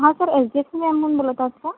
हां sir H D F C बँकमधून बोलत आहात का